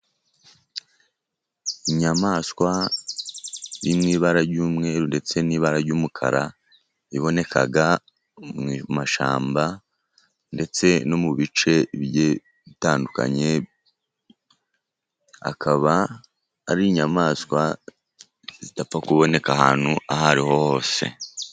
Inyamaswa iri mu ibara ry'umweru, ndetse n'ibara ry'umukara, iboneka mu mashyamba, ndetse no mu bice bigiye bitandukanye, akaba ari inyamaswa idapfa kuboneka ahantu aho ari hose.